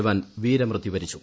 ജവാൻ വീരമൃത്യൂ വരിച്ചു